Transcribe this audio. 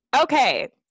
Okay